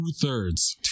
two-thirds